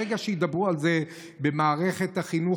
ברגע שידברו על זה הרבה במערכת החינוך,